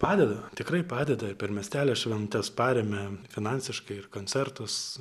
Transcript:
padeda tikrai padeda ir per miestelio šventes paremia finansiškai ir koncertus